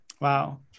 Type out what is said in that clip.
Wow